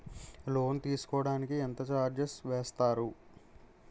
Loan తీసుకోడానికి ఎంత charges వేస్తారు?